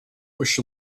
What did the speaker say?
bush